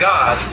God